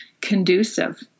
conducive